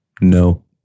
No